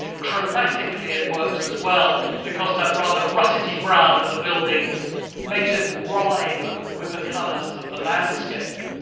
chromatically it works as well because that rather russety brown of the building makes it rhyme with the colours of the landscape.